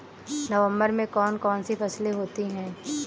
नवंबर में कौन कौन सी फसलें होती हैं?